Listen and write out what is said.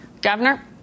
Governor